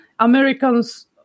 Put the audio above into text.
Americans